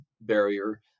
barrier